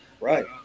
right